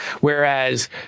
Whereas